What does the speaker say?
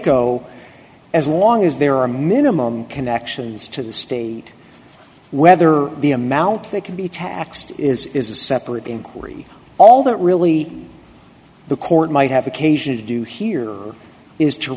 vaiko as long as there are minimum connections to the state whether the amount they can be taxed is a separate inquiry all that really the court might have occasion to do here is to